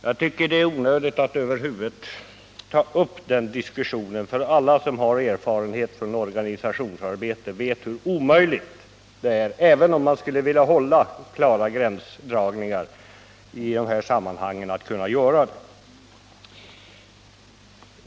Jag tycker att det är onödigt att över huvud ta upp den diskussionen, för alla som har erfarenhet från organisationsarbete vet hur omöjligt det är att göra klara gränsdragningar i de här sammanhangen, även om man skulle vilja det.